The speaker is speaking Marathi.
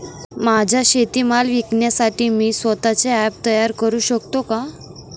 माझा शेतीमाल विकण्यासाठी मी स्वत:चे ॲप तयार करु शकतो का?